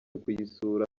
kuyisura